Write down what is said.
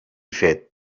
fet